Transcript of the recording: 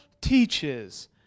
teaches